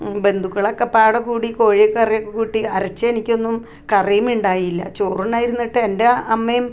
ബന്ധുക്കളൊക്കെ പട കൂടി കോഴി കറിയൊക്കെ കൂട്ടി അരച്ച എനിക്കൊന്നും കറിയും ഉണ്ടായില്ല ചോറുണ്ണാൻ ഇരുന്നിട്ട് എൻ്റെ അമ്മയും